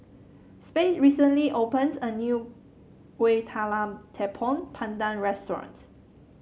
Sade recently opened a new Kueh Talam Tepong Pandan Restaurant